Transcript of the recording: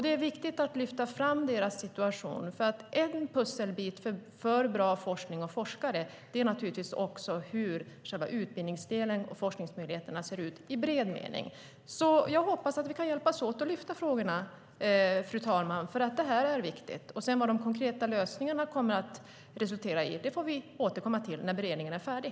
Det är viktigt att lyfta fram deras situation. En pusselbit för bra forskning och forskare är naturligtvis hur utbildningen och forskningsmöjligheterna ser ut i bred mening. Jag hoppas att vi kan hjälpas åt att lyfta upp frågorna. Vad de konkreta lösningarna resulterar i får vi återkomma till när beredningen är färdig.